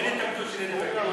יש התנגדות שאדבר?